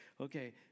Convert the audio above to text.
Okay